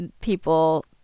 people